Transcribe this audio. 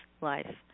life